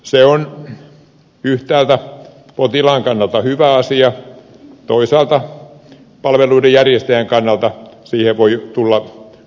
se on yhtäältä potilaan kannalta hyvä asia toisaalta palveluiden järjestäjän kannalta siihen voi tulla ongelmatilanteita